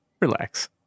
relax